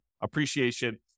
appreciation